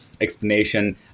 explanation